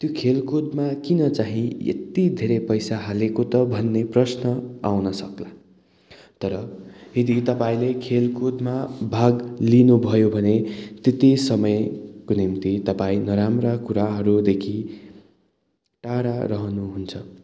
त्यो खेलकूदमा किन चाहिँ यति धेरै पैसा हालेको त भन्ने प्रश्न आउन सक्ला तर यदि तपाईँले खेलकुदमा भाग लिनुभयो भने त्यति समयको निम्ति तपाईँ नराम्रा कुराहरूदेखि टाढा रहनुहुन्छ